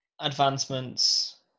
advancements